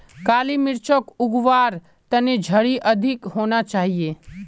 काली मिर्चक उग वार तने झड़ी अधिक होना चाहिए